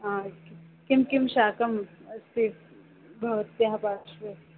आम् किं किं शाकम् अस्ति भवत्याः पार्श्वे